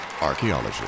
Archaeology